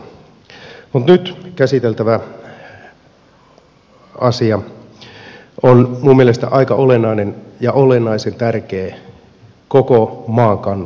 mutta nyt käsiteltävä asia on minun mielestäni aika olennainen ja olennaisen tärkeä koko maan kannalta